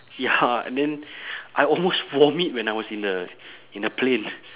ya and then I almost vomit when I was in the in the plane